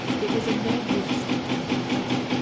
it was of no use to attempt to help.